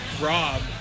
Rob